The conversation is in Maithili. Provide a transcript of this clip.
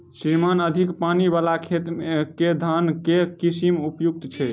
श्रीमान अधिक पानि वला खेत मे केँ धान केँ किसिम उपयुक्त छैय?